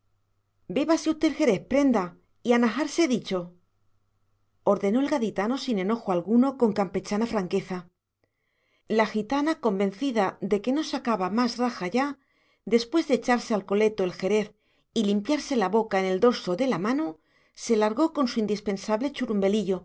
bébase usté el jerés prenda y najarse he dicho ordenó el gaditano sin enojo alguno con campechana franqueza la gitana convencida de que no sacaba más raja ya después de echarse al coleto el jerez y limpiarse la boca en el dorso de la mano se largó con su indispensable churumbeliyo